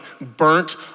burnt